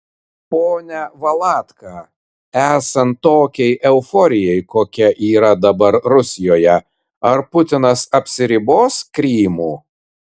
pone valatka esant tokiai euforijai kokia yra dabar rusijoje ar putinas apsiribos krymu